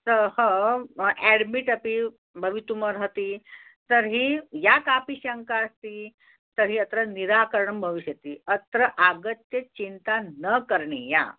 सः एड्मितपि भवितुमर्हति तर्हि या कापि शङ्का अस्ति तर्हि अत्र निराकरणं भविष्यति अत्र आगत्य चिन्ता न करणीया